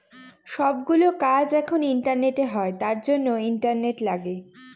সব গুলো কাজ এখন ইন্টারনেটে হয় তার জন্য ইন্টারনেট লাগে